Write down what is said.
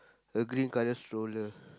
a green colour stroller